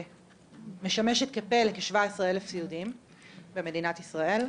משמשת כפה לכ-17 אלף סיעודיים במדינת ישראל.